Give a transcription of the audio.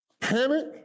Panic